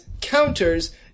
counters